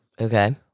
okay